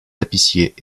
tapissiers